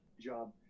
job